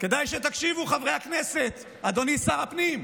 כדאי שתקשיבו, חברי הכנסת, אדוני שר הפנים,